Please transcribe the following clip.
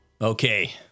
Okay